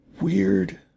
Weird